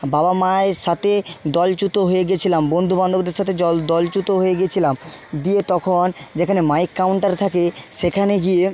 বাবা মায়ের সাথে দলচ্যুত হয়ে গিয়েছিলাম বন্ধু বান্ধবদের সাথে দলচ্যুত হয়ে গেছিলাম দিয়ে তখন যেখানে মাইক কাউন্টার থাকে সেখানে গিয়ে